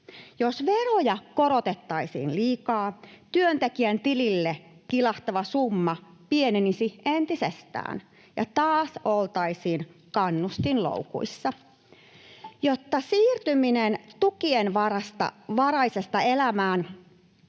Jos veroja korotettaisiin liikaa, työntekijän tilille kilahtava summa pienenisi entisestään ja taas oltaisiin kannustinloukuissa. Jotta siirtyminen tukien varasta työelämään